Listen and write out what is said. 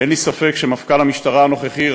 אין לי ספק שמפכ"ל המשטרה הנוכחי,